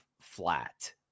flat